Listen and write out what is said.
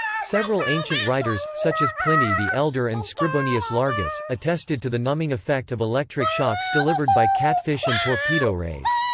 several ancient writers, such as pliny the elder and scribonius largus, attested to the numbing effect of electric shocks delivered by catfish and torpedo rays.